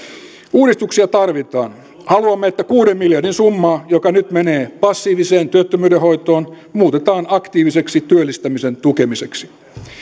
uudistuksia tarvitaan haluamme että kuuden miljardin summaa joka nyt menee passiiviseen työttömyyden hoitoon muutetaan aktiiviseksi työllistämisen tukemiseksi